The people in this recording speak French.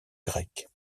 grecque